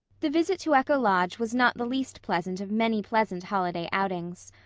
the visit to echo lodge was not the least pleasant of many pleasant holiday outings.